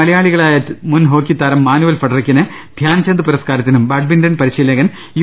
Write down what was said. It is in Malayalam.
മലയാളികളായ മുൻ ഹോക്കി താരം മാനുവൽ ഫെഡറി ക്കിനെ ധ്യാൻചന്ദ് പുരസ്കാരത്തിനും ബാഡ്മിന്റൺ പരി ശീലകൻ യു